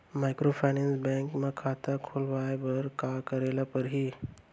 Microfinance bank म खाता खोलवाय बर का करे ल परही?